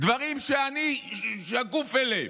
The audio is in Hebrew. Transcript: דברים ששקופים לי.